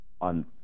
on